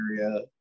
area